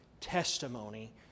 testimony